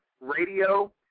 radio